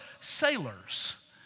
sailors